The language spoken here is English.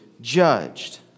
judged